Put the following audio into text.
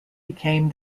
became